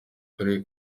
karere